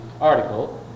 article